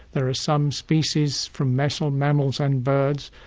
there are some species from messel, mammals and birds,